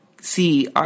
see